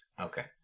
Okay